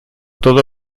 todo